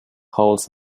holes